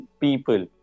people